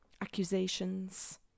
accusations